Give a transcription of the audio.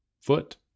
foot